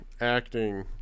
acting